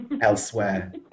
elsewhere